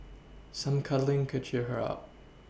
some cuddling could cheer her up